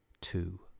two